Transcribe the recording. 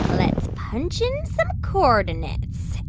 let's punch in some coordinates.